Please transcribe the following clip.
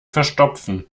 verstopfen